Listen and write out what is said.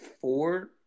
four